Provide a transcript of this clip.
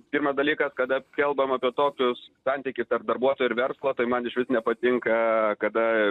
pirmas dalykas kada kalbam apie tokius santykį tarp darbuotojo ir verslo tai man išvis nepatinka kada